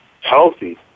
healthy